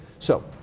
so,